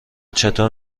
چطور